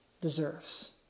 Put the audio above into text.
deserves